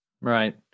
Right